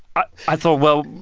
i thought, well,